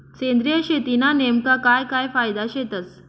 सेंद्रिय शेतीना नेमका काय काय फायदा शेतस?